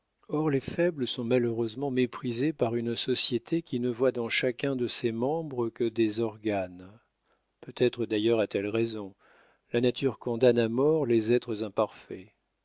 or les faibles sont malheureusement méprisés par une société qui ne voit dans chacun de ses membres que des organes peut-être d'ailleurs a-t-elle raison la nature condamne à mort les êtres imparfaits